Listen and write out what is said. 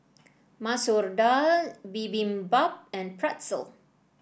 Masoor Dal Bibimbap and Pretzel